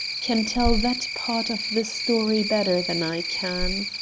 can tell that part of the story better than i can.